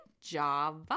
Java